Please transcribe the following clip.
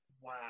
Wow